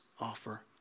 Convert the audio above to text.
offer